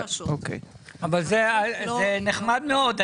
זה נחמד מאוד.